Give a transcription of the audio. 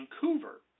Vancouver